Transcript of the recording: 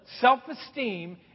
self-esteem